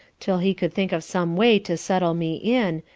till he could think of some way to settle me in,